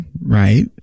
right